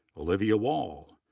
olivia wall,